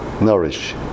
nourish